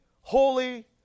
holy